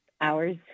hours